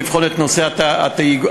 לבחון את נושא התאגוד,